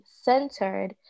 centered